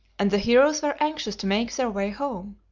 and the heroes were anxious to make their way home.